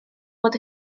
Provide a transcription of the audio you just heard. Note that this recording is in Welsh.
bod